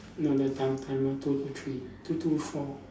no that time time one two two three two two four